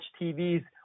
TVs